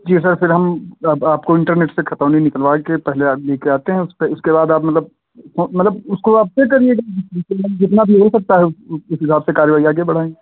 जी sir फिर हम आपको इंटरनेट से खतौनी निकलवाई के पहले आप लेके आते हैं उसके उसके बाद आप मतलब मतलब उसको आप चेक करिएगा जितना भी हो सकता है उस हिसाब से कार्यवाही आगे बढ़ाएंगे